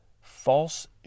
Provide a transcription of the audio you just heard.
false